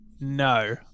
No